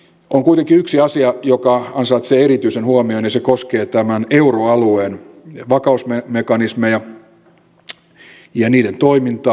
on kuitenkin yksi asia joka ansaitsee erityisen huomion ja se koskee euroalueen vakausmekanismeja ja niiden toimintaa